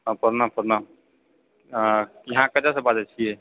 हाँ प्रणाम प्रणाम हँ अहाँ कतऽसँ बाजै छिऐ